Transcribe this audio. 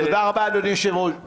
תודה רבה, אדוני היושב-ראש.